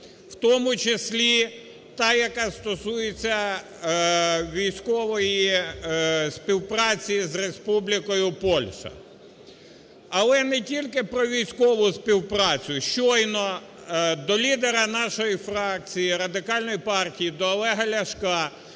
в тому числі та, яка стосується військової співпраці з Республікою Польща, але не тільки про військову співпрацю. Щойно до лідера нашої фракції Радикальної партії до Олега Ляшка